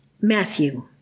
Matthew